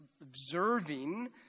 observing